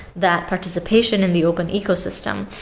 that participation in the open ecosystem.